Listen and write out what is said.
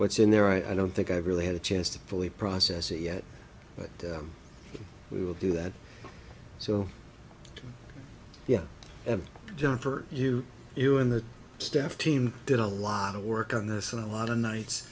what's in there i don't think i've really had a chance to fully process it yet but we will do that so yeah john for you you and the staff team did a lot of work on this and a lot of nights